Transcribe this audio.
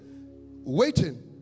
waiting